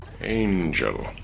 Angel